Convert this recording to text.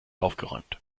aufgeräumt